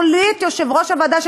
מחליט יושב-ראש הוועדה,